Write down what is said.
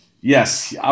yes